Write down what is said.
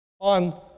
on